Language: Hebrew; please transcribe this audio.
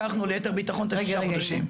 לקחנו ליתר ביטחון שישה חודשים.